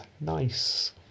nice